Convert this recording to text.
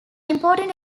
important